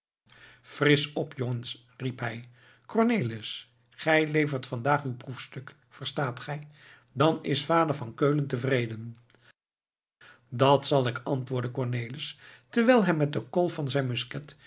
frisch op jongens riep hij cornelis gij levert vandaag uw proefstuk verstaat gij dan is vader van keulen tevreden dat zal ik antwoordde cornelis terwijl hij met de kolf van zijn musket